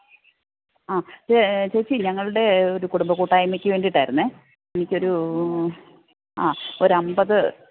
ആ ചേച്ചി ഞങ്ങളുടെ ഒരു കുടുംബ കൂട്ടായ്മയ്ക്ക് വേണ്ടിയിട്ടായിരുന്നേ എനിക്കൊരു ആ ഒരമ്പത്